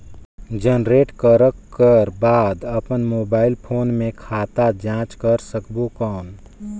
Generate करक कर बाद अपन मोबाइल फोन मे खाता जांच कर सकबो कौन?